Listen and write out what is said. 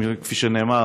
כפי שנאמר,